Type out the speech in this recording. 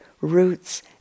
roots